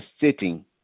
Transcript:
sitting